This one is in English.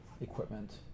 equipment